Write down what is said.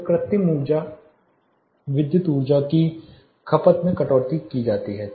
तो कृत्रिम प्रकाश ऊर्जा विद्युत ऊर्जा की खपत में कटौती की जाती है